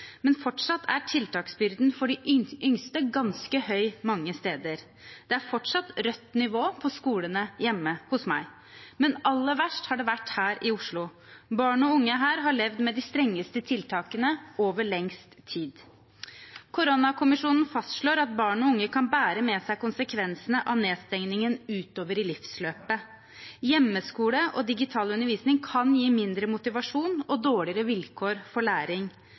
Men fortsatt er tiltaksbyrden for de yngste ganske høy mange steder. Det er fortsatt rødt nivå på skolene hjemme hos meg. Men aller verst har det vært her i Oslo. Barn og unge her har levd med de strengeste tiltakene over lengst tid. Koronakommisjonen fastslår at barn og unge kan bære med seg konsekvensene av nedstengningen utover i livsløpet. Hjemmeskole og digital undervisning kan gi mindre motivasjon og dårligere vilkår for læring.